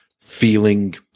feeling